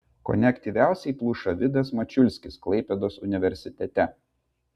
kone aktyviausiai pluša vidas mačiulskis klaipėdos universitete